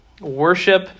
worship